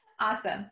Awesome